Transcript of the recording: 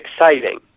exciting